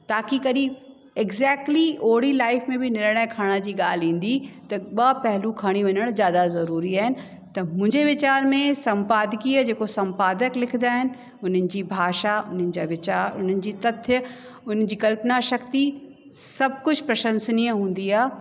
ताकी कॾहिं एक्ज़ैक्टली ओड़ी लाइफ में निर्णय खणण जी ॻाल्हि ईंदी त ॿ पहलू खणी वञणु ज़्यादा ज़रूरी आहिनि त मुंहिंजे वीचार में सम्पादकीय जेको सम्पादक लिखंदा आहिनि उन्हीअ जी भाषा उन्हनि जा वीचारु उन्हनि जी तथ्य उन जी कल्पना शक्ति सभु कुझु प्रशंसनीय हूंदी आहे